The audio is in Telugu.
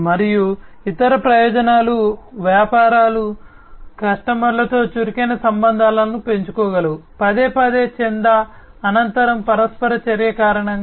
మరియు ఇతర ప్రయోజనాలు వ్యాపారాలు కస్టమర్లతో చురుకైన సంబంధాలను పెంచుకోగలవు పదేపదే చందా అనంతర పరస్పర చర్య కారణంగా